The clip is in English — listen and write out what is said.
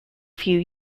few